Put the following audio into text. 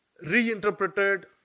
reinterpreted